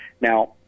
Now